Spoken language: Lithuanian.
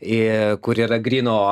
i kur yra gryno oro